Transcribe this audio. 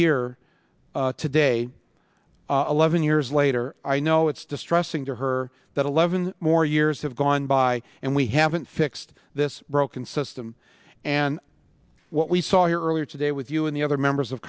here today eleven years later i know it's distressing to her that eleven more years have gone by and we haven't fixed this broken system and what we saw earlier today with you and the other members of